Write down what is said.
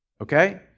Okay